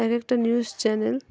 এক একটা news channel